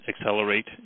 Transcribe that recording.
accelerate